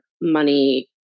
money